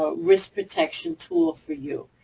ah risk protection tool for you.